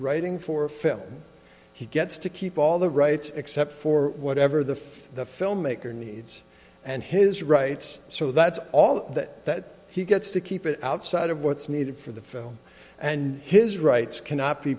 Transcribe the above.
writing for film he gets to keep all the rights except for whatever the fuck the filmmaker needs and his rights so that's all that he gets to keep it outside of what's needed for the film and his rights cannot be